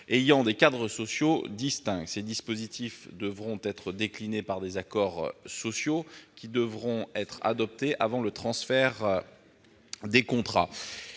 ayant des cadres sociaux distincts. Ces dispositifs devront être déclinés par des accords sociaux devant être adoptés avant le transfert des contrats.